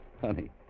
Honey